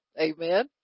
Amen